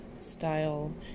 style